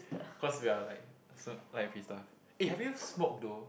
cause we are like so like a free stuff eh have you smoked though